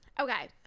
okay